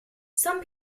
some